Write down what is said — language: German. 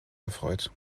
erfreut